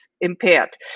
impaired